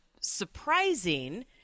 surprising